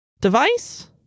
Device